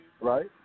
right